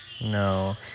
No